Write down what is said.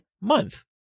month